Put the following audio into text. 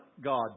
God